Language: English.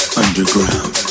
underground